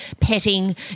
petting